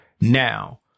Now